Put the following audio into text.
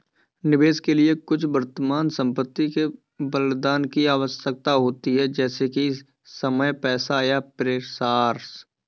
निवेश के लिए कुछ वर्तमान संपत्ति के बलिदान की आवश्यकता होती है जैसे कि समय पैसा या प्रयास